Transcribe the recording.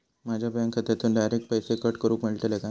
माझ्या बँक खात्यासून डायरेक्ट पैसे कट करूक मेलतले काय?